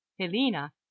Helena